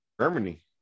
Germany